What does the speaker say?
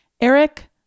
Eric